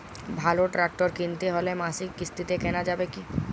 ভালো ট্রাক্টর কিনতে হলে মাসিক কিস্তিতে কেনা যাবে কি?